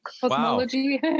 Cosmology